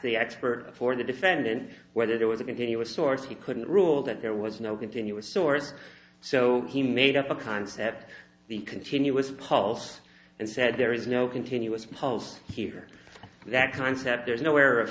the expert for the defendant whether there was a continuous source he couldn't rule that there was no continuous source so he made up a concept the continuous pulse and said there is no continuous post here or that concept there's nowhere of